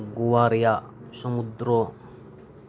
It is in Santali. ᱜᱳᱣᱟ ᱨᱮᱭᱟᱜ ᱥᱚᱢᱩᱫᱨᱚ